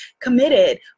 committed